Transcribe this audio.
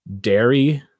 Dairy